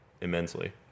immensely